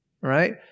right